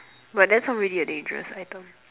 but that's already a dangerous item